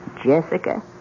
Jessica